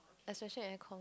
especially when I cough